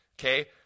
okay